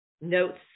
notes